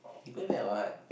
he going back what